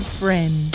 friend